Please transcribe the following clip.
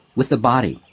with the body,